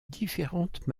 différentes